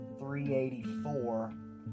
384